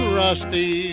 rusty